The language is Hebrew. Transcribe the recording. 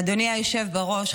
אדוני היושב בראש,